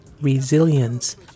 resilience